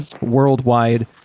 worldwide